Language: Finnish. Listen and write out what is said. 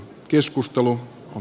keskustelu on